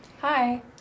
Hi